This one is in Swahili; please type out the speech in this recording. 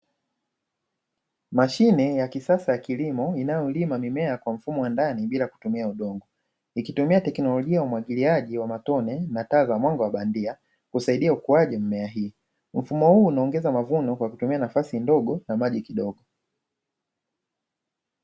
Mashine ya kisasa ya kilimo, inayolima mimea kwa mfumo wa ndani bila kutumia udongo, ikitumia teknolojia ya umwagiliaji wa matone na taa za mwanga wa bandia husaidia ukuaji wa mimea hii. Mfumo huu unaongeza mavuno kwa kutumia nafasi ndogo na maji kidogo.